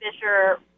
Fisher